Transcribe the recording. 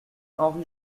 henri